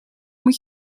moet